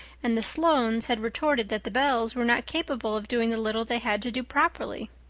and the sloanes had retorted that the bells were not capable of doing the little they had to do properly.